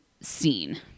scene